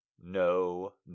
No